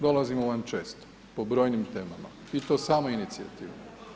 Dolazimo vam često, po brojnim temama i to samoinicijativno.